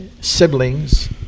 siblings